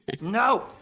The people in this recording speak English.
No